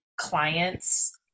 clients